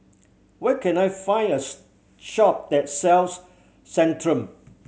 where can I find a shop that sells Centrum